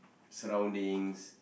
surroundings